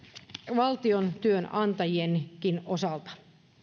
valtiotyönantajienkin osalta